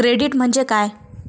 Credit म्हणजे काय?